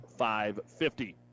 550